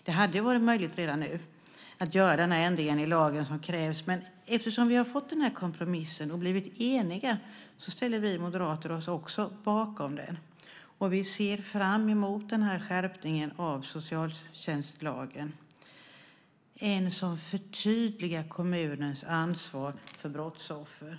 Det hade varit möjligt att göra den ändring som krävs i lagen redan nu, men eftersom vi har fått den här kompromissen och blivit eniga ställer vi moderater oss också bakom den. Vi ser fram emot den här skärpningen av socialtjänstlagen som förtydligar kommunens ansvar för brottsoffer.